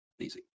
Easy